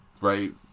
right